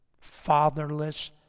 fatherless